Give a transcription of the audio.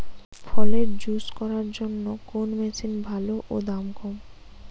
ফলের জুস করার জন্য কোন মেশিন ভালো ও দাম কম?